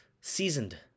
seasoned